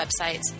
websites